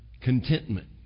contentment